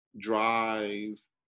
drives